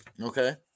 Okay